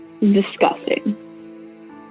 Disgusting